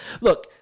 look